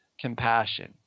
compassion